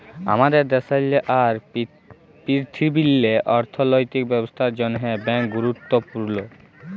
আমাদের দ্যাশেল্লে আর পীরথিবীল্লে অথ্থলৈতিক ব্যবস্থার জ্যনহে ব্যাংক গুরুত্তপুর্ল